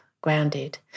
grounded